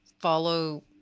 follow